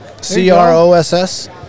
C-R-O-S-S